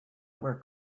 were